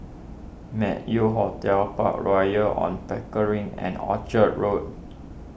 Meng Yew Hotel Park Royal on Pickering and Orchard Road